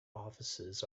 offices